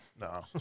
No